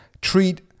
treat